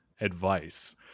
advice